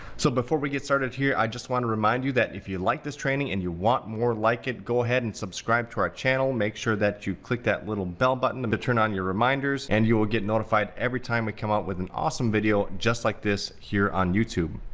so before we get started here, i just wanna remind you that if you like this training and you want more like it, go ahead and subscribe to our channel. make sure that you click that little bell button to turn on your reminders, and you will get notified every time we come out with an awesome video just like this here on youtube.